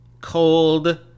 cold